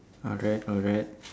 alright alright